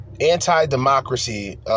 anti-democracy